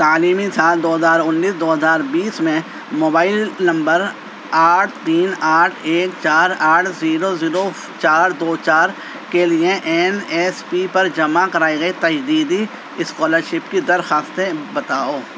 تعلیمی سال دو ہزار انیس دو ہزار بیس میں موبائل نمبر آٹھ تین آٹھ ایک چار آٹھ زیرو زیرو چار دو چار کے لیے این ایس پی پر جمع کرائی گئی تجدیدی اسکالر شپ کی درخواستیں بتاؤ